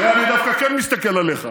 לא, אני דווקא כן מסתכל עליך,